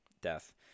death